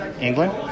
England